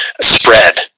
spread